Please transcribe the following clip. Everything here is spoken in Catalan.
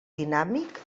dinàmic